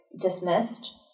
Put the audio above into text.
dismissed